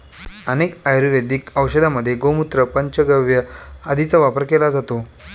अनेक आयुर्वेदिक औषधांमध्ये गोमूत्र, पंचगव्य आदींचा वापर केला जातो